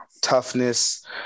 toughness